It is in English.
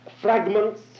fragments